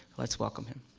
let's welcome him.